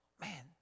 Man